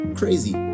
crazy